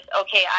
okay